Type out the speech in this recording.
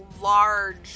large